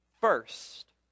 first